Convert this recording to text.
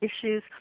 issues